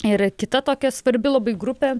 yra kita tokia svarbi labai grupė